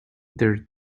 their